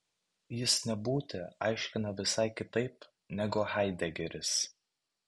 jis nebūtį aiškina visai kitaip negu haidegeris